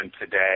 today